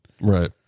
Right